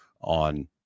on